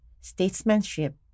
statesmanship